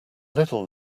little